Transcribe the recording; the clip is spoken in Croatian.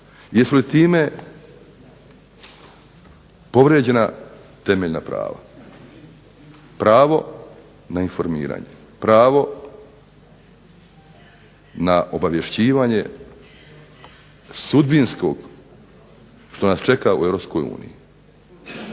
jesu li time povrijeđena temeljna prava. Pravo na informiranje, pravo na obavješćivanje sudbinskog, što nas čeka u